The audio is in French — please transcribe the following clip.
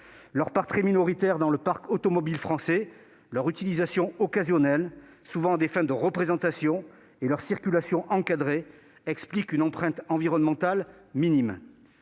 leur part très minoritaire dans le parc automobile français, leur utilisation occasionnelle, souvent à des fins de représentation, et leur circulation encadrée expliquent qu'elles ont une empreinte environnementale minime.